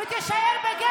תשתקי.